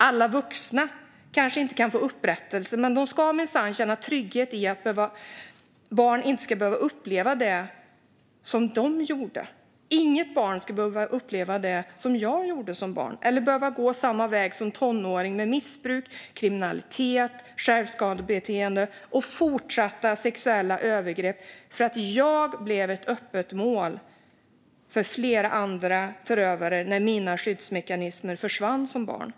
Alla vuxna kanske inte kan få upprättelse, men de ska känna trygghet i att barn inte ska behöva uppleva det de gjorde. Inget barn ska behöva uppleva det jag gjorde som barn eller behöva gå samma väg som tonåring med missbruk, kriminalitet, självskadebeteende och fortsatta sexuella övergrepp för att jag blev ett öppet mål för flera andra förövare eftersom mina skyddsmekanismer försvann i barndomen.